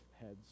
heads